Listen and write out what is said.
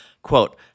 Quote